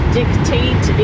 dictate